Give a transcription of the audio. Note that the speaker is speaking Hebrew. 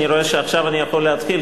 אני רואה שעכשיו אני יכול להתחיל,